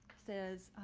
says,